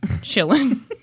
chilling